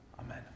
Amen